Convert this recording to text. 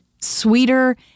sweeter